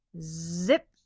zip